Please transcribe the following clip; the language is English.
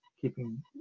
keeping